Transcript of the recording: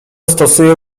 stosuje